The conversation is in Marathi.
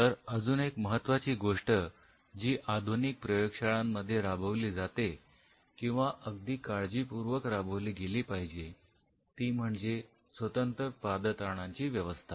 तर अजून एक महत्त्वाची गोष्ट आधुनिक प्रयोगशाळांमध्ये राबविली जाते किंवा अगदी काळजीपूर्वक राबवली गेली पाहिजे ती म्हणजे स्वतंत्र पादत्राणांची व्यवस्था